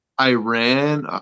Iran